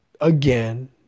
again